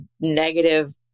negative